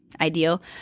ideal